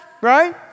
right